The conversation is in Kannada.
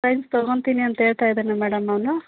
ಸೈನ್ಸ್ ತಗೋತಿನಿ ಅಂತ ಹೇಳ್ತಾ ಇದಾನೆ ಮೇಡಮ್ ಅವನು